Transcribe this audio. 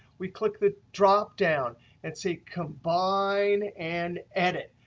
we click the dropdown and say combine and edit.